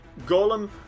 golem